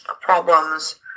problems